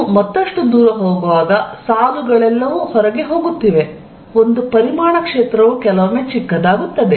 ನೀವು ಮತ್ತಷ್ಟು ದೂರ ಹೋಗುವಾಗ ಸಾಲುಗಳೆಲ್ಲವೂ ಹೊರಗೆ ಹೋಗುತ್ತಿವೆ ಒಂದು ಪರಿಮಾಣ ಕ್ಷೇತ್ರವು ಕೆಲವೊಮ್ಮೆ ಚಿಕ್ಕದಾಗುತ್ತದೆ